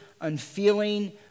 unfeeling